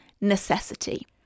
necessity